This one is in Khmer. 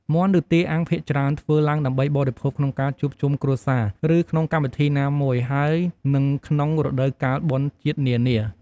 មាន់ឬទាអាំងភាគច្រើន ធ្វើឡើងដើម្បីបរិភោគក្នុងការជួបជុំគ្រួសារ ឬក្នុងកម្មវិធីណាមួយ ហើយនិងក្នុងរដូវកាលបុណ្យជាតិនានា។